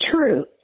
True